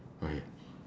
okay